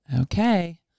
Okay